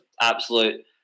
absolute